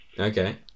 Okay